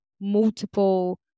multiple